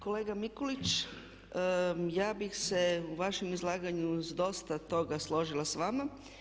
Kolega Mikulić, ja bih se u vašem izlaganju s dosta toga složila s vama.